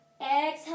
Exhale